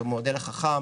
את המודל החכם,